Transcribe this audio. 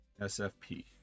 sfp